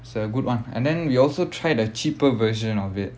it's a good one and then we also tried the cheaper version of it